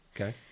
Okay